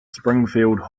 springfield